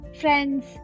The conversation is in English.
Friends